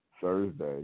Thursday